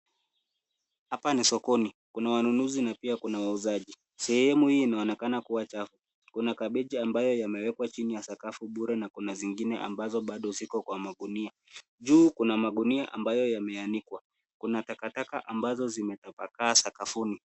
Hapa ni sokoni. Kuna wanunuzi na pia kuna wauzaji. Sehemu hii inaonekana kuwa chafu. Kuna kabeji ambayo yamewekwa chini ya sakafu bure na kuna zingine ambazo bado ziko kwa magunia. Juu kuna magunia ambayo yameanikwa. Kuna takataka ambazo zimetapakaa sakafuni.